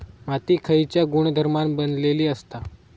माती खयच्या गुणधर्मान बनलेली असता?